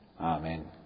Amen